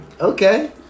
Okay